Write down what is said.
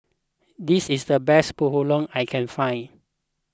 this is the best Bahulu I can find